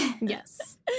Yes